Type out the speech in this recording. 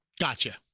Gotcha